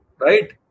right